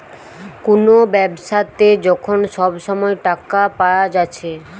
কুনো ব্যাবসাতে যখন সব সময় টাকা পায়া যাচ্ছে